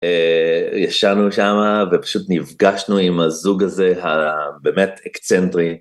ישבנו שם ופשוט נפגשנו עם הזוג הזה הבאמת אקצנטרי.